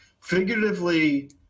figuratively